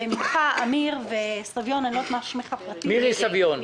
וממכם אמיר דהן ומירי סביון,